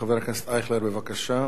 חבר הכנסת ישראל אייכלר, בבקשה.